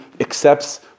accepts